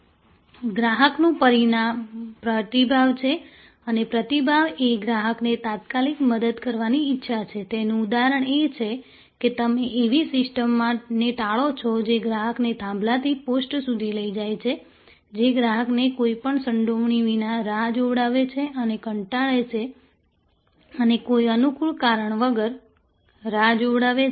આગળનું પરિણામ પ્રતિભાવ છે અને પ્રતિભાવ એ ગ્રાહકને તાત્કાલિક મદદ કરવાની ઇચ્છા છે તેનું ઉદાહરણ એ છે કે તમે એવી સિસ્ટમ્સને ટાળો છો જે ગ્રાહકને થાંભલાથી પોસ્ટ સુધી લઈ જાય છે જે ગ્રાહકને કોઈપણ સંડોવણી વિના રાહ જોવડાવે છે અને કંટાળે છે અને કોઈ અનુકૂળ કારણ વગર રાહ જોવડાવે છે